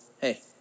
hey